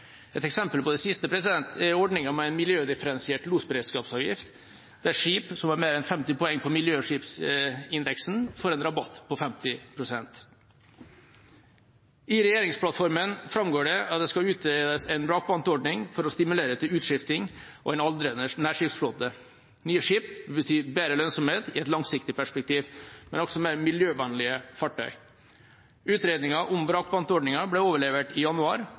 Et eksempel på det siste er ordninga med en miljødifferensiert losberedskapsavgift, der skip som har mer enn 50 poeng på miljøskipsindeksen, får en rabatt på 50 pst. I regjeringsplattformen framgår det at det skal utarbeides en vrakpantordning for å stimulere til utskifting av en aldrende nærskipsflåte. Nye skip vil bety bedre lønnsomhet i et langsiktig perspektiv, men også mer miljøvennlige fartøy. Utredninga om vrakpantordninga ble overlevert i januar,